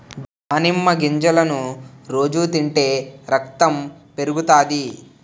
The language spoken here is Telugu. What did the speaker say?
దానిమ్మ గింజలను రోజు తింటే రకతం పెరుగుతాది